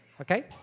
Okay